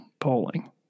polling